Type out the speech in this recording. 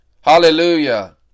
Hallelujah